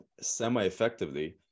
semi-effectively